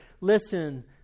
Listen